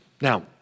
Now